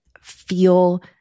feel